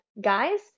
guys